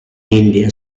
india